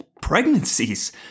pregnancies